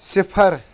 صِفَر